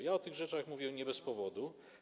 Ja o tych rzeczach mówię nie bez powodu.